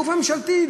גוף ממשלתי,